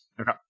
Okay